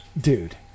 Dude